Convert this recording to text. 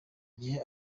gihe